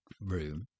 room